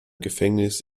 gefängnis